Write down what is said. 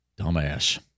Dumbass